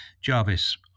Jarvis